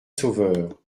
sauveur